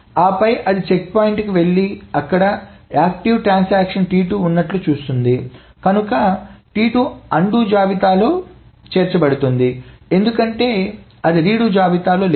ఆపై అది చెక్పాయింట్కి వెళ్లి అక్కడ యాక్టివ్ ట్రాన్సాక్షన్ T2 ఉన్నట్లు చూస్తుంది కనుక T2 అన్డు జాబితాలో చేర్చబడుతుంది ఎందుకంటే అది రీడు జాబితాలో లేదు